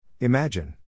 Imagine